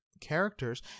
characters